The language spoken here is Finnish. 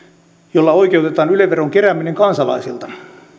jolla oikeutetaan yle veron kerääminen kansalaisilta